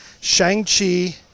Shang-Chi